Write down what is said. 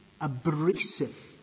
abrasive